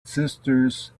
sisters